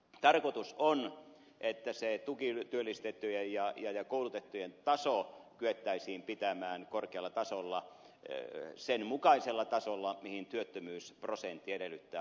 tarkoitus on että tukityöllistettyjen ja koulutettavien määrä kyettäisiin pitämään korkealla tasolla sen mukaisella tasolla mitä työttömyysprosentti edellyttää